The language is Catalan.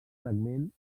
fragment